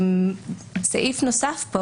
סעיף נוסף,